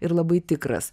ir labai tikras